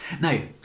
Now